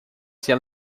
ser